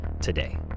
today